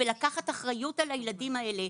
ולקחת אחריות על הילדים האלה.